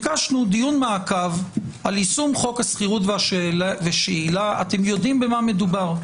ביקשנו דיון מעקב על יישום חוק השכירות והשאילה אתם יודעים במה מדובר.